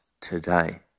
today